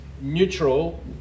neutral